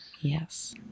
Yes